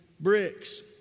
bricks